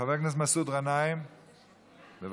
חבר הכנסת מסעוד גנאים, בבקשה.